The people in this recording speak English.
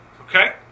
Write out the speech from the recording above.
Okay